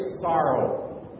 sorrow